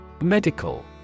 Medical